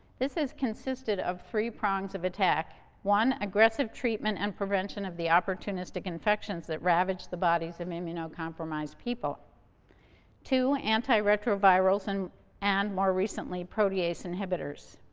this has consisted of three prongs of attack one, aggressive treatment and prevention of the opportunistic infections that ravaged the bodies of immuno-compromised people two, antiretrovirals, and and more recently, protease inhibitors.